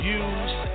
use